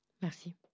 Merci